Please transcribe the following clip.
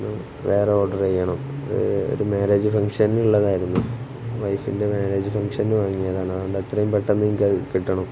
വേറെ ഓർഡറ് ചെയ്യണം ഒരു മാരേജ് ഫങ്ഷന് ഉള്ളതായിരുന്നു വൈഫിൻ്റെ മാരേജ് ഫങ്ഷന് വാങ്ങിയതാണ് അതുകൊണ്ട് എത്രയും പെട്ടെന്ന് എനിക്കത് കിട്ടണം